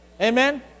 Amen